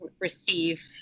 receive